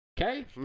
okay